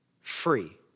free